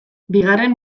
bigarren